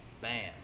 bam